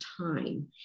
time